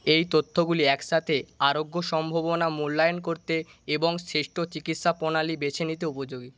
এই তথ্যগুলি একসাথে আরোগ্য সম্ভাবনা মূল্যায়ন করতে এবং শ্রেষ্ঠ চিকিৎসাপ্রণালি বেছে নিতে উপযোগী